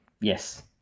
yes